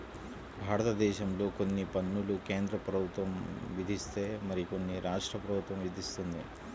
భారతదేశంలో కొన్ని పన్నులు కేంద్ర ప్రభుత్వం విధిస్తే మరికొన్ని రాష్ట్ర ప్రభుత్వం విధిస్తుంది